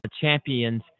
champions